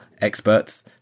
experts